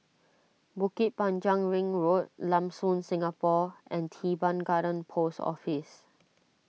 Bukit Panjang Ring Road Lam Soon Singapore and Teban Garden Post Office